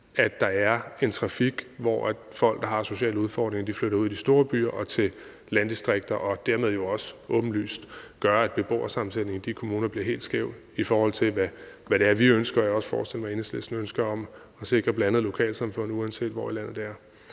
der er en trafik, hvor folk, der har sociale udfordringer, flytter ud i de store byer og til landdistrikter, hvilket jo dermed også åbenlyst gør, at beboersammensætningen i de kommuner bliver helt skæv i forhold til det, vi ønsker – og som jeg også forestiller mig at Enhedslisten ønsker – nemlig at sikre blandede lokalsamfund, uanset hvor i landet det er.